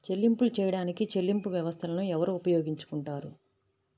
చెల్లింపులు చేయడానికి చెల్లింపు వ్యవస్థలను ఎవరు ఉపయోగించుకొంటారు?